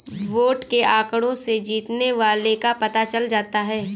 vote के आंकड़ों से जीतने वाले का पता चल जाता है